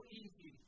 easy